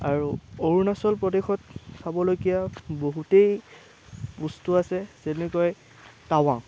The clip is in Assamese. আৰু অৰুণাচল প্ৰদেশত চাবলগীয়া বহুতেই বস্তু আছে যেনেকৈ টাৱাঙ